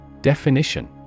Definition